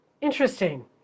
Interesting